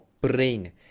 brain